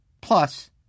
Plus